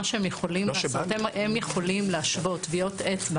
מה שהם יכולים לעשות זה להשוות טביעות אצבע